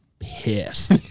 pissed